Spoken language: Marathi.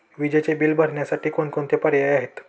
विजेचे बिल भरण्यासाठी कोणकोणते पर्याय आहेत?